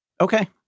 Okay